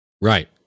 Right